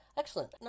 excellent